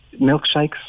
Milkshakes